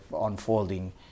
unfolding